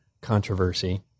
controversy